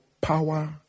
power